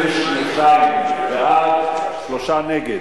22 בעד, שלושה נגד.